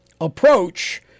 approach